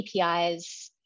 APIs